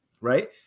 right